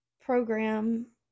program